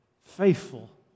Faithful